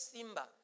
Simba